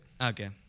Okay